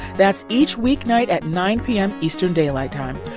that's each weeknight at nine p m. eastern daylight time.